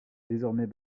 désormais